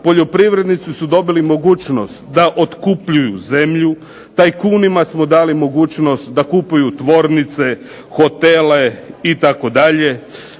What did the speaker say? poljoprivrednici su dobili mogućnost da otkupljuju zemlju, tajkunima smo dali mogućnost da kupuju tvornice, hotele itd.,